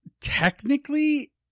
technically